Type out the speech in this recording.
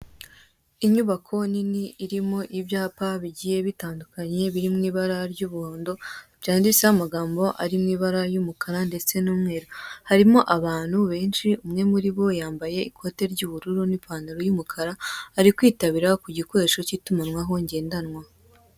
Inyubako nini irimo ibyapa bigiye bitandukanye biri mu ibara ry'umuhondo byanditseho amagambo ari mu ibara y'umukara ndetse n'umweru harimo abantu benshi umwe muri bo yambaye ikote ry'ubururu n'ipantaro y'umukara ari kwitabira ku gikoresho k'itumanaho ngendanwa.